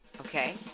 okay